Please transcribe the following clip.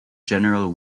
general